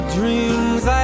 dreams